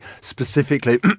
specifically